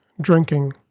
drinking